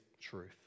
truth